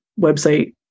website